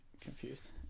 confused